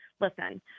listen